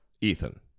Ethan